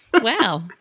Wow